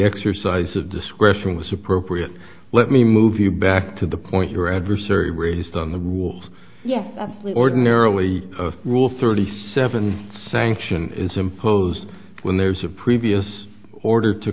exercise of discretion was appropriate let me move you back to the point your adversary raised on the rules yes we ordinarily rule thirty seven sanction is imposed when there's a previous order to